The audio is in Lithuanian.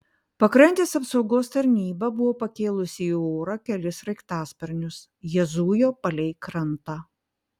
pakrantės apsaugos tarnyba buvo pakėlusi į orą kelis sraigtasparnius jie zujo palei krantą